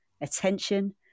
attention